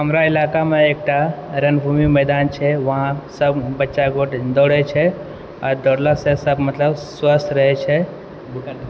हमरा इलाकामे एकटा रणभूमि मैदान छै वहाँ सब बच्चा दौड़ै छै आओर दौड़लासँ सब मतलब स्वस्थ रहै छै